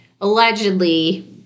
allegedly